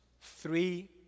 three